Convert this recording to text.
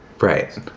Right